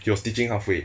he was teaching halfway